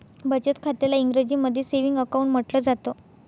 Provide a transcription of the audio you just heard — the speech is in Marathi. बचत खात्याला इंग्रजीमध्ये सेविंग अकाउंट म्हटलं जातं